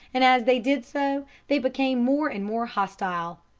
and as they did so they became more and more hostile.